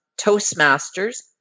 Toastmasters